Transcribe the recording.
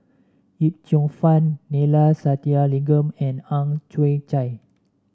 Yip Cheong Fun Neila Sathyalingam and Ang Chwee Chai